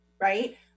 right